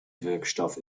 wirkstoff